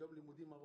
יש